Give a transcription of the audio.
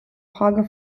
frage